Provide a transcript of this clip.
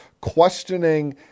questioning